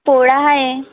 पोळा आहे